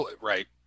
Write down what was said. right